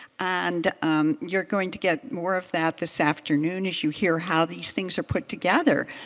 and you're going to get more of that this afternoon as you hear how these things are put together.